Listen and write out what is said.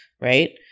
right